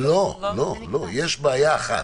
לא, לא, יש בעיה אחת,